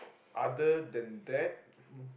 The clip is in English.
other than that